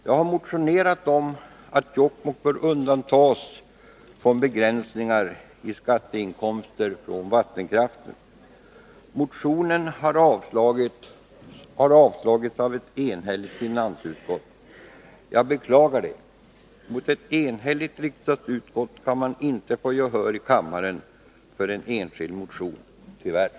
Jag har motionerat om att Jokkmokk skall undantas från begränsningar i skatteinkomster från vattenkraften. Motionen har avstyrkts av ett enhälligt finansutskott. Jag beklagar detta. Mot ett enhälligt riksdagsutskott kan man inte få gehör i kammaren för en enskild motion — tyvärr.